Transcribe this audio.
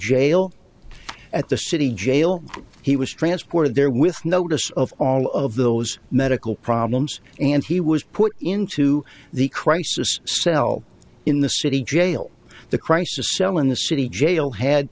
jail at the city jail he was transported there with notice of all of those medical problems and he was put into the crisis cell in the city jail the crisis cell in the city jail had